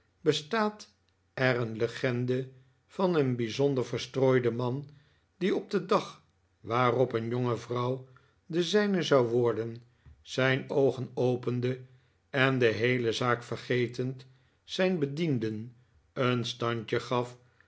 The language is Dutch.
bestaat er een legende van een bijzonder verstrooiden man die op den dag waarop een jonge vrouw de zijne zou worden zijn oogen opende en de heele zaak vergetend zijn bedienden een standje gaf